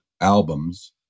albums